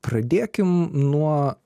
pradėkim nuo